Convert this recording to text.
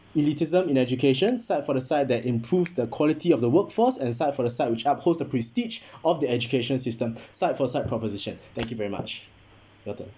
elitism in education side for the side that improves the quality of the workforce and side for the side which upholds the prestige of the education system side for side proposition thank you very much your turn